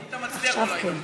היית מצליח או לא היית מצליח?